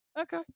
Okay